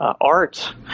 art